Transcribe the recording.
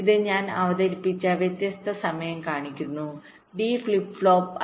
ഇത് ഞാൻ അവതരിപ്പിച്ച വ്യത്യസ്ത സമയം കാണിക്കുന്നു ഡി ഫ്ലിപ്പ് ഫ്ലോപ്പ്